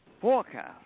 forecast